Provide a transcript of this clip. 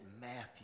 Matthew